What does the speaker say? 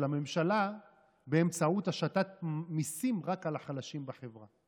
הממשלה באמצעות השתת מיסים רק על החלשים בחברה.